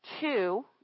two